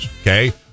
Okay